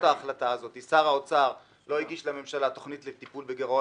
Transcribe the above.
שר האוצר לא הגיש לממשלה תוכנית לטיפול בגירעון